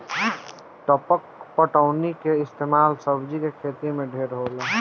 टपक पटौनी के इस्तमाल सब्जी के खेती मे ढेर होला